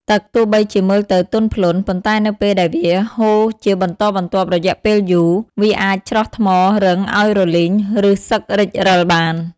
ទឹកទោះបីជាមើលទៅទន់ភ្លន់ ប៉ុន្តែនៅពេលដែលវាហូរជាបន្តបន្ទាប់រយៈពេលយូរ វាអាចច្រោះថ្មរឹងឱ្យរលីង ឬសឹករិចរឹលបាន។